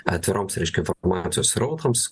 atviroms reiškia informacijos srautams